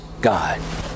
God